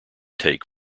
take